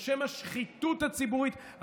בשם השחיתות הציבורית,